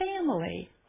family